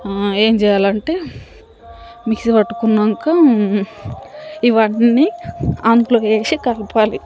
ఏం చెయ్యాలంటే మిక్సీ పట్టుకున్నాక ఇవన్నీ అందులో వేసి కలపాలి